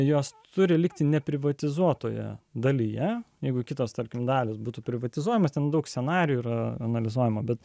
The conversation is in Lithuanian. jos turi likti neprivatizuotoje dalyje jeigu kitos tarkim dalys būtų privatizuojamos ten daug scenarijų yra analizuojama bet